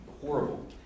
horrible